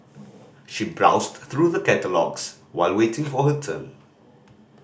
she browsed through the catalogues while waiting for her turn